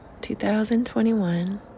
2021